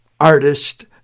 artist